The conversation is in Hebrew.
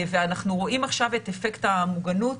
ואנחנו רואים עכשיו את אפקט המוגנות,